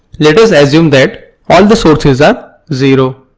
let's assume that all the sources are zero.